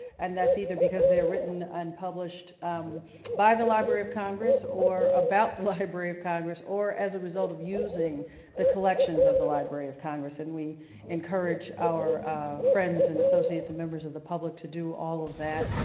and that is either because they are written unpublished by the library of congress or about the library of congress, or as a result of using the collections of the library of congress and we encourage our friends and associates and members of the public to do all of that,